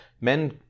men